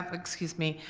excuse me,